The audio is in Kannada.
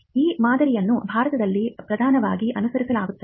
ಈ ಮಾದರಿಯನ್ನು ಭಾರತದಲ್ಲಿ ಪ್ರಧಾನವಾಗಿ ಅನುಸರಿಸಲಾಗುತ್ತದೆ